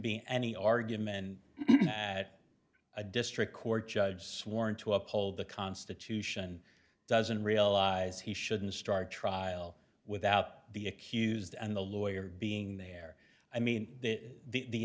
be any argument that a district court judge sworn to uphold the constitution doesn't realize he shouldn't start trial without the accused and lawyer being there i mean the